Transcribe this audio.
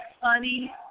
funny